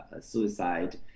suicide